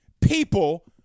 people